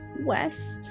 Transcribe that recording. west